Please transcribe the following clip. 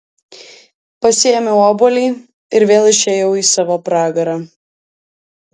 pasiėmiau obuolį ir vėl išėjau į savo pragarą